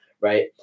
right